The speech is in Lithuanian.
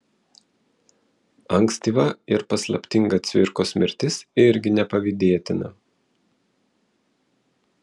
ankstyva ir paslaptinga cvirkos mirtis irgi nepavydėtina